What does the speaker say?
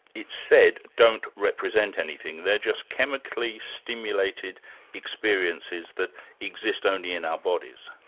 it's said, don't represent anything, they're just chemically stimulated experiences that exist only in our bodies.